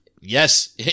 Yes